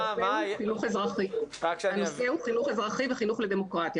הנושא הוא חינוך אזרחי וחינוך לדמוקרטיה,